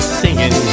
singing